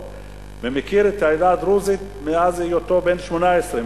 ומכיר את העדה הדרוזית מאז היותו בן 18,